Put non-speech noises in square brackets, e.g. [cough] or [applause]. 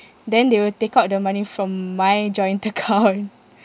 then they will take out the money from my joint account [laughs]